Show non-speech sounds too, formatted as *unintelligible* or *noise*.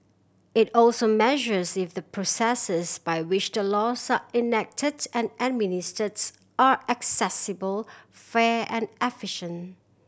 it also measures if the processes by which the laws are enacted and administers are accessible fair and *unintelligible*